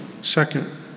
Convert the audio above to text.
Second